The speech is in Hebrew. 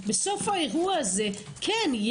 בסוף האירוע הזה כן,